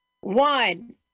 one